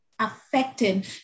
Affecting